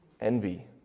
Envy